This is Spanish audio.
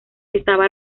estaba